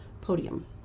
podium